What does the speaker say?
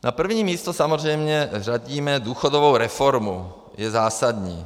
Na první místo samozřejmě řadíme důchodovou reformu, je zásadní.